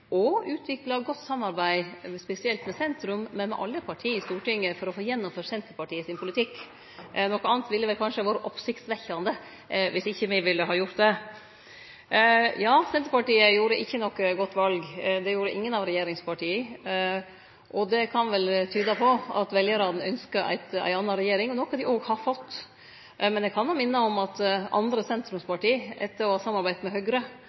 og utvikle godt samarbeid med alle parti – men spesielt med sentrum – i Stortinget for å få gjennomført Senterpartiets politikk. Det ville kanskje ha vore oppsiktsvekkjande dersom ikkje me ville det. Senterpartiet gjorde ikkje noko godt val. Det gjorde ingen av regjeringspartia. Det kan vel tyde på at veljarane ynskte ei anna regjering, noko dei òg har fått. Men eg vil òg minne om at andre sentrumsparti – etter å ha samarbeidd med